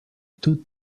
two